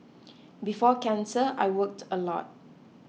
before cancer I worked a lot